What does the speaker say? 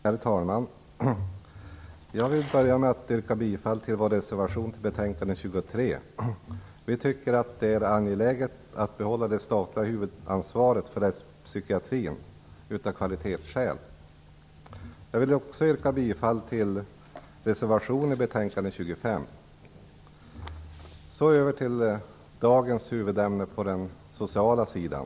Herr talman! Jag börjar med att yrka bifall till vår reservation i socialutskottets betänkande 23. Vi tycker att det av kvalitetsskäl är angeläget att behålla det statliga huvudansvaret för rättspsykiatrin. Jag yrkar också bifall till reservation 7 i socialutskottets betänkande 25. Så över till dagens huvudämne på den sociala sidan.